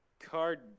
card